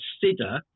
consider